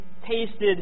tasted